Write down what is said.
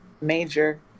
major